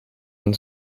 een